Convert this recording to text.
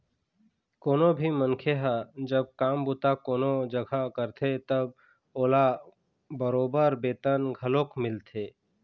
कोनो भी मनखे ह जब काम बूता कोनो जघा करथे तब ओला बरोबर बेतन घलोक मिलथे